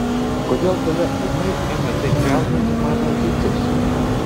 kodėl tave ūmai ėmė taip jaudinti mano ateitis